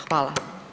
Hvala.